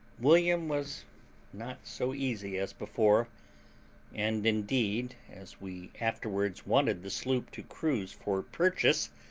william was not so easy as before and, indeed, as we afterwards wanted the sloop to cruise for purchase,